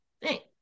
Hey